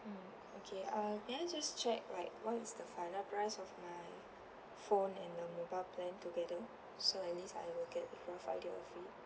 mm okay uh may I just check like what is the final price of my phone and the mobile plan together so at least I will get a rough idea of it